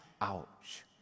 ouch